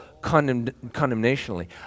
condemnationally